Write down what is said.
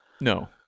No